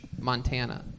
Montana